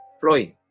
Floyd